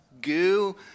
goo